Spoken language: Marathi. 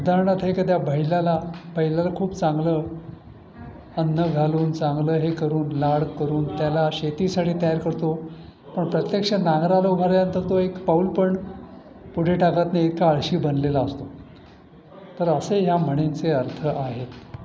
उदाहरणार्थ एखाद्या बैलाला बैलाला खूप चांगलं अन्न घालून चांगलं हे करून लाड करून त्याला शेतीसाठी तयार करतो पण प्रत्यक्ष नांगराला उभा राहिल्यानंतर तो एक पाऊल पण पुढे टाकत नाही इतका आळशी बनलेला असतो तर असे ह्या म्हणींचे अर्थ आहेत